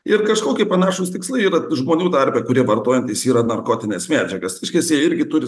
ir kažkoki panašūs tikslai yra žmonių tarpe kurie vartojantys yra narkotines medžiagas reiškias jie irgi turi